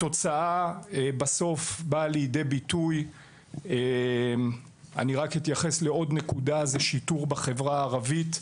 נקודה נוספת היא נושא השיטור בחברה הערבית: